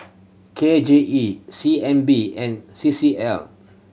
K J E C N B and C C L